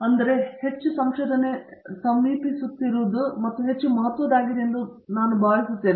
ಆದರೆ ಇದು ಹೆಚ್ಚು ಸಂಶೋಧನೆ ಸಮೀಪಿಸುತ್ತಿರುವುದು ಮತ್ತು ಹೆಚ್ಚು ಮಹತ್ವದ್ದಾಗಿದೆ ಎಂದು ನಾನು ಭಾವಿಸುತ್ತೇನೆ